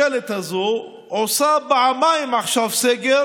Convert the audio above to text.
טוב, זה עניין של השקפה,